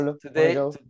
today